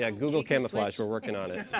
yeah google camouflage. we're working on it.